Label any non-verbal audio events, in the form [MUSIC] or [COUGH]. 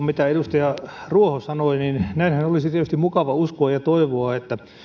[UNINTELLIGIBLE] mitä edustaja ruoho sanoi näinhän olisi tietysti mukava uskoa ja toivoa että